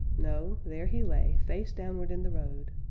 no, there he lay, face downward in the road.